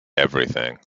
everything